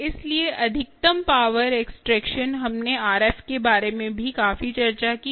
इसलिए अधिकतम power extraction हमने आरएफ के बारे में भी काफी चर्चा की